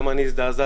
גם אני הזדעזעתי,